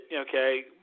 okay